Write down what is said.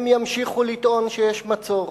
הם ימשיכו לטעון שיש מצור.